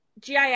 GIS